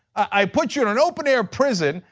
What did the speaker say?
i put you in an open-air prison,